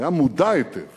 הוא היה מודע היטב